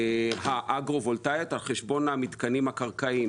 האגרו-וולטאיות על חשבון המתקנים הקרקעיים.